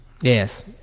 Yes